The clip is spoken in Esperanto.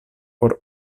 por